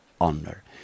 honor